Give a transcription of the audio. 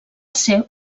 ser